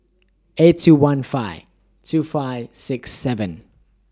eight two one five two five six seven